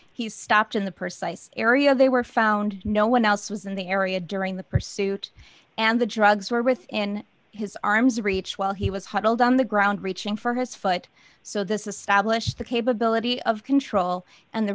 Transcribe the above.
he stopped in the precise area they were found no one else was in the area during the pursuit and the drugs were within his arms reach while he was huddled on the ground reaching for his foot so this established the capability of control and the